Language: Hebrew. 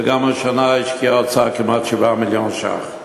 וגם השנה השקיע האוצר כמעט 7 מיליון ש"ח,